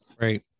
Right